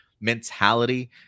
mentality